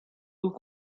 aux